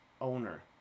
owner